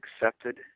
accepted